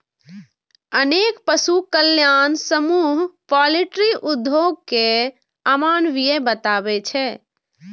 अनेक पशु कल्याण समूह पॉल्ट्री उद्योग कें अमानवीय बताबै छै